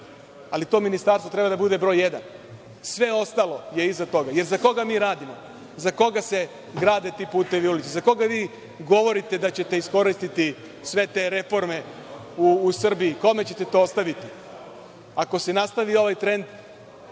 ali to ministarstvo treba da bude broj jedan. Sve ostalo je iza toga, jer za koga mi radimo, za koga se grade ti putevi i ulice? Za koga vi govorite da ćete iskoristiti sve te reforme u Srbiji? Kome ćete to ostaviti? Ako se nastavi ovaj trend,